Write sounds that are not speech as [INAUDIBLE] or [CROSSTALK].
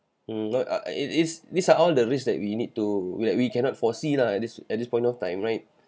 mm [NOISE] it is these are all the risks that we need to we cannot foresee lah at this at this point of time right